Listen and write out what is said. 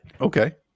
Okay